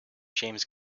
james